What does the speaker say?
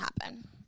happen